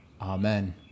Amen